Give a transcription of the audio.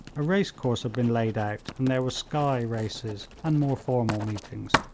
a racecourse had been laid out, and there were sky races and more formal meetings.